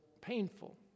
painful